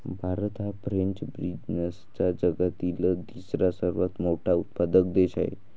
भारत हा फ्रेंच बीन्सचा जगातील तिसरा सर्वात मोठा उत्पादक देश आहे